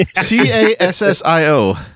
C-A-S-S-I-O